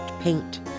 paint